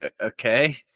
Okay